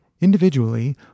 Individually